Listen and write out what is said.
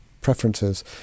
preferences